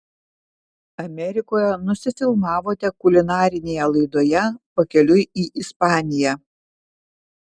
amerikoje nusifilmavote kulinarinėje laidoje pakeliui į ispaniją